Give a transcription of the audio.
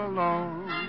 Alone